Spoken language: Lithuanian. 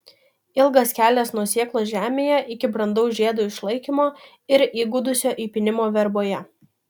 ilgas kelias nuo sėklos žemėje iki brandaus žiedo išlaikymo ir įgudusio įpynimo verboje